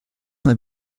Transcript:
mal